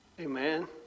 Amen